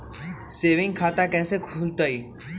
Saving खाता कैसे खुलतई?